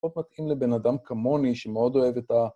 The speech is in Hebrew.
מאוד מתאים לבן אדם כמוני שמאוד אוהב את ה...